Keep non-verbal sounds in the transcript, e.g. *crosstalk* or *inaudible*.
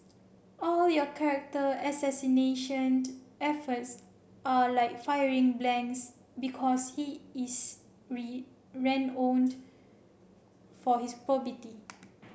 all your character assassination efforts are like firing blanks because he is *unintelligible* for his probity